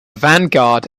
vanguard